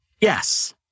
Yes